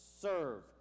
serve